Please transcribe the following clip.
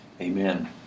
Amen